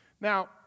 Now